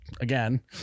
again